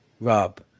Rob